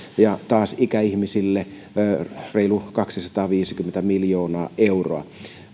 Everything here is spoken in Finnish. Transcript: ja ikäihmisiin taas reilu kaksisataaviisikymmentä miljoonaa euroa